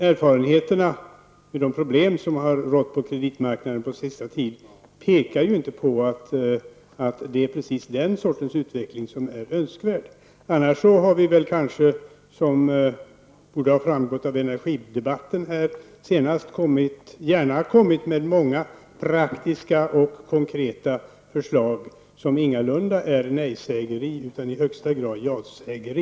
Erfarenheterna av de problem som rått på kreditmarknaden på sista tiden pekar inte precis på att det är den sortens utveckling som är önskvärd. Annars har vi, som borde framgått av energidebatten här, gärna kommit med många praktiska och konkreta förslag som ingalunda är nejsägeri utan i högsta grad jasägeri.